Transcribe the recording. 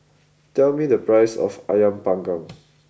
tell me the price of Ayam Panggang